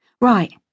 Right